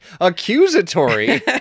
accusatory